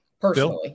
personally